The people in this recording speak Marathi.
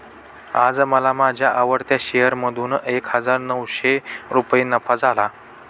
आज मला माझ्या आवडत्या शेअर मधून एक हजार नऊशे रुपये नफा झाला